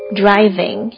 driving